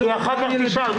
כי אחר כך תשאל.